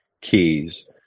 keys